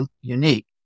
unique